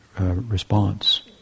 response